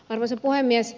arvoisa puhemies